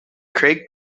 craig